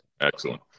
Excellent